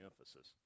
emphasis